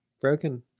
broken